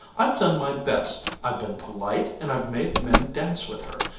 i've done my best. i've been polite and i've made men dance with her,